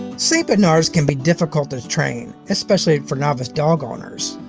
saint bernards can be difficult to train, especially for novice dog owners.